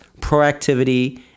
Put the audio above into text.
proactivity